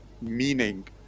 meaning